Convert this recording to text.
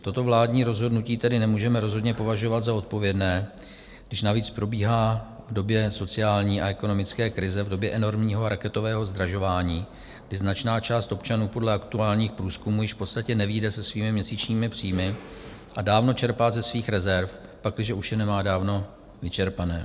Toto vládní rozhodnutí tedy nemůžeme rozhodně považovat za odpovědné, když navíc probíhá v době sociální a ekonomické krize, v době enormního a raketového zdražování, kdy značná část občanů podle aktuálních průzkumů již v podstatě nevyjde se svými měsíčními příjmy a dávno čerpá ze svých rezerv, pakliže už je nemá dávno vyčerpané.